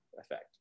effect